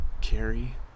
carry